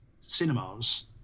cinemas